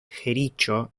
jericho